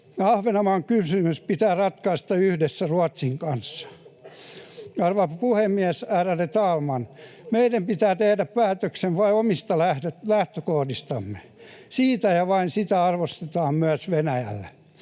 Ahvenanmaan kysymys pitää ratkaista yhdessä Ruotsin kanssa. Arvoisa puhemies, ärade talman! Meidän pitää tehdä päätöksemme vain omista lähtökohdistamme, ja sitä arvostetaan myös Venäjällä.